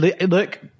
look